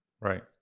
right